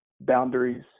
boundaries